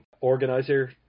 organizer